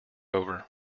over